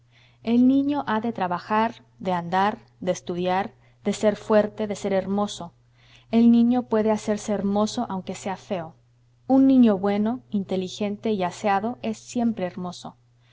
el niño ha de trabajar de andar de estudiar de ser fuerte de ser hermoso el niño puede hacerse hermoso aunque sea feo un niño bueno inteligente y aseado es siempre hermoso